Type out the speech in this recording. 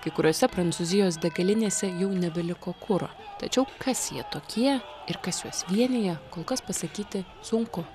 kai kuriose prancūzijos degalinėse jau nebeliko kuro tačiau kas jie tokie ir kas juos vienija kol kas pasakyti sunku